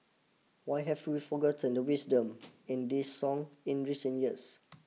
why have we forgotten the wisdom in this song in recent years